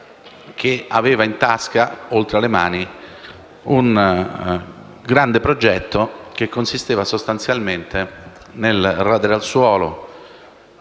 aveva in tasca anche un grande progetto che consisteva sostanzialmente nel radere al suolo